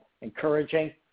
encouraging